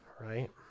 right